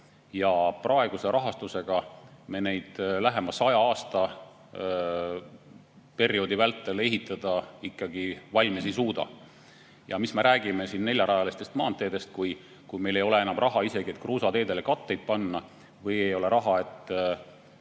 ja praeguse rahastusega me neid lähema 100 aasta vältel valmis ehitada ikkagi ei suuda. Ja mis me räägime neljarajalistest maanteedest, kui meil ei ole enam raha isegi, et kruusateedele katteid panna, ja ei ole raha, et